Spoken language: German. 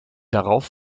darauf